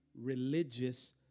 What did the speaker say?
religious